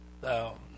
thou